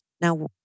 now